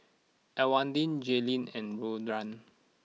Elwanda Jayleen and Dorian